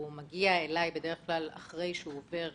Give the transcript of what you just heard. הוא מגיע אלי בדרך כלל אחרי שהוא עובר